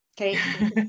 okay